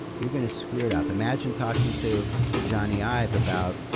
you're going to screw it up. imagine talking to jony ive about,